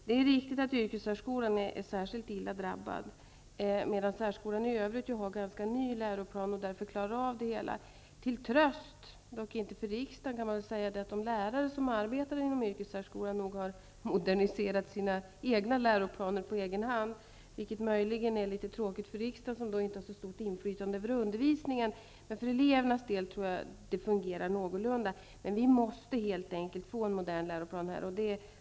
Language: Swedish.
Det är riktigt att yrkessärskolan är särskilt illa drabbad, medan särskolan i övrigt har en ganska ny läroplan. Till tröst, dock inte för riksdagen, kan man säga att de lärare som arbetar inom yrkessärskolan nog har moderniserat sina egna läroplaner på egen hand. Det kan möjligen vara litet tråkigt för riksdagen, som då inte får så stort inflytande över undervisningen. Men jag tror att det fungerar någorlunda för eleverna. Vi måste helt enkelt få en modern läroplan här.